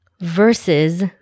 versus